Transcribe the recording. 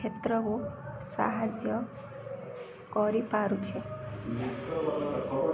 କ୍ଷେତ୍ରକୁ ସାହାଯ୍ୟ କରିପାରୁଛି